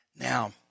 Now